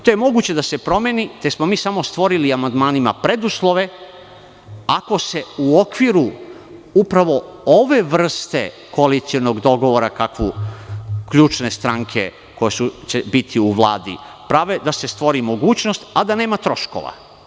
To je moguće da se promeni, te smo mi samo stvorili amandmanima preduslove ako se u okviru upravo ove vrste koalicionog dogovora kakvu ključne stranke koje će biti prave, da se stvori mogućnost, a da nema troškova.